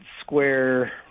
square